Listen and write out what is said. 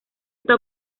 está